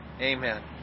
Amen